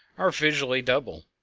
are visually double,